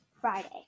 Friday